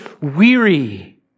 weary